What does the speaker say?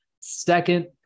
second